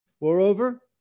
Moreover